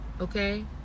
okay